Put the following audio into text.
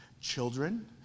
children